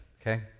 Okay